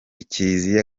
kiriziya